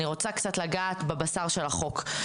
אני רוצה קצת לגעת בבשר של החוק.